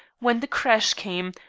when the crash came,